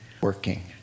working